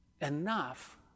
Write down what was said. enough